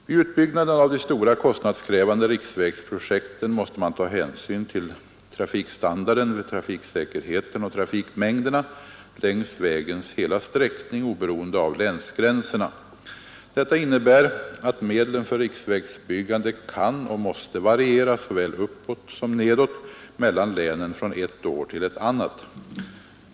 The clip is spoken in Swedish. Vid utbyggnaden av de stora, kostnadskrävande riksvägsprojekten måste man ta hänsyn till trafikstandarden, trafiksäkerheten och trafikmängderna längs vägens hela sträckning oberoende av länsgränserna. Detta innebär att medlen för riksvägsbyggande kan och måste variera — såväl uppåt som nedåt — mellan länen från ett år till ett annat.